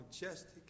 majestic